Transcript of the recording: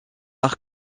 arc